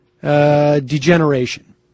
Degeneration